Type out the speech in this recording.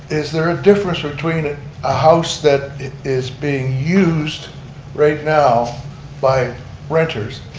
is there a difference between a house that is being used right now by renters